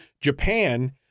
Japan